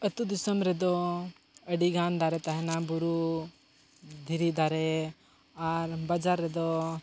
ᱟᱛᱳᱼᱫᱤᱥᱚᱢ ᱨᱮᱫᱚ ᱟᱹᱰᱤᱜᱟᱱ ᱫᱟᱨᱮ ᱛᱟᱦᱮᱬᱱᱟ ᱵᱩᱨᱩ ᱫᱷᱤᱨᱤ ᱫᱟᱨᱮ ᱟᱨ ᱵᱟᱡᱟᱨ ᱨᱮᱫᱚ